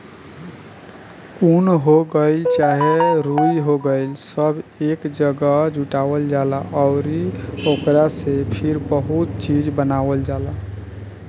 उन हो गइल चाहे रुई हो गइल सब एक जागह जुटावल जाला अउरी ओकरा से फिर बहुते चीज़ बनावल जाला